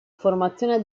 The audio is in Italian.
formazione